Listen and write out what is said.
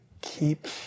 keep